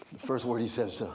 the first word he says to